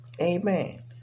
Amen